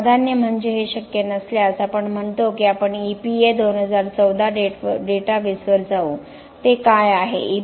तर प्राधान्य म्हणजे हे शक्य नसल्यास आपण म्हणतो की आपण EPA 2014 डेटाबेसवर जाऊ ते काय आहे